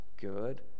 good